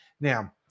Now